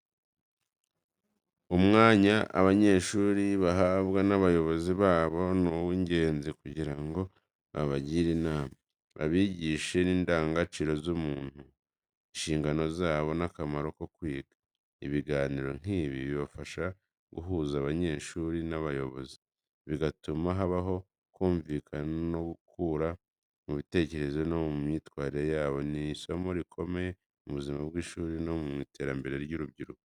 Umwanya abanyeshuri bahabwa n’abayobozi babo ni uwingenzi kugira ngo babagire inama, babigishe indangagaciro z’ubumuntu, inshingano zabo, n’akamaro ko kwiga. Ibiganiro nk’ibi bifasha guhuza abanyeshuri n’abayobozi, bigatuma habaho kumvikana no gukura mu bitekerezo no mu myitwarire. Ni isomo rikomeye mu buzima bw’ishuri no mu iterambere ry’urubyiruko.